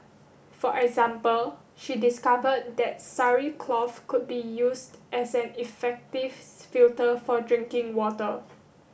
for example she discover that sari cloth could be used as an effective filter for drinking water